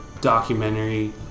documentary